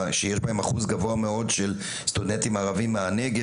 שיש בהם אחוז גבוה מאוד של סטודנטים ערבים מהנגב,